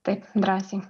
taip drąsiai